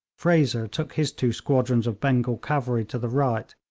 fraser took his two squadrons of bengal cavalry to the right,